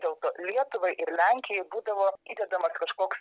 dėlto lietuvai ir lenkijai būdavo įdedamas kažkoks